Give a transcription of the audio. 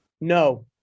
No